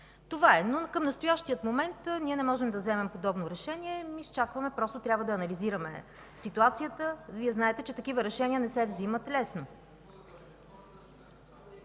продадена. Към настоящия момент ние не можем да вземем подобно решение. Изчакваме. Трябва да анализираме ситуацията. Знаете, че такива решения не се вземат лесно.